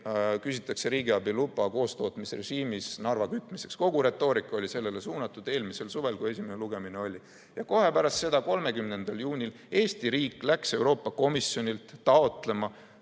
küsitakse riigiabi luba koostootmisrežiimis Narva kütmiseks. Kogu retoorika oli sellele suunatud eelmisel suvel, kui esimene lugemine oli. Ja kohe pärast seda, 30. juunil läks Eesti riik Euroopa Komisjonilt taotlema